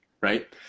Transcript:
right